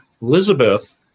Elizabeth